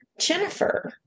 Jennifer